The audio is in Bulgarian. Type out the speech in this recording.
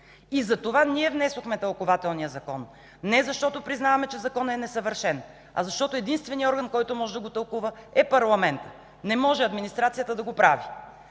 Затова ние внесохме тълкувателния закон, не защото признаваме, че законът е несъвършен, а защото единственият орган, който може да го тълкува, е парламентът. Не може администрацията да го прави.